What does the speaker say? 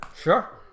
Sure